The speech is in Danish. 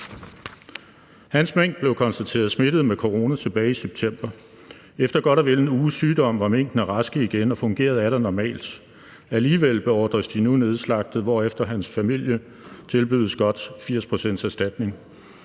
Hans mink blev konstateret smittet med corona tilbage i september. Efter godt og vel en uges sygdom, var minkene raske igen og fungerede atter normalt. Alligevel beordres de nu nedslagtet, hvorefter hans familie tilbydes godt 80 pct.s erstatning.